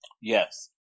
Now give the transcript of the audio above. Yes